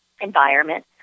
environment